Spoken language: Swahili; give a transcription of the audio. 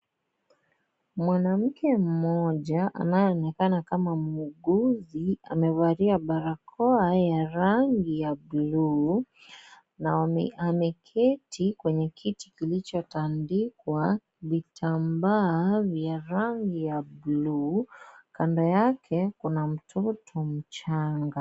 Mwanamke mmoja anayeonekana kama mwuguzi amevalia barakoa ya rangi ya buluu na ameketi kwenye kiti kilichotandikwa vitambaa vya rangi ya buluu. Kando yake kuna mtoto mchanga.